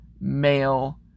male